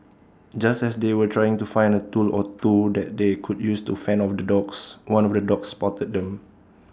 just as they were trying to find A tool or two that they could use to fend off the dogs one of the dogs spotted them